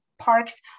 parks